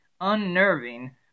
unnerving